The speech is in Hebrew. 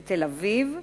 לתל-אביב,